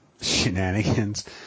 Shenanigans